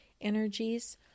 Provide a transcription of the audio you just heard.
energies